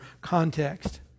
context